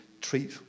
treat